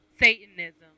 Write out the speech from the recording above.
Satanism